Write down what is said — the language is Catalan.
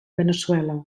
veneçuela